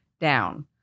down